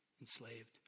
enslaved